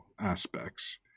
aspects